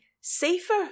safer